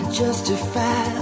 justify